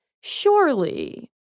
surely